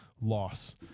loss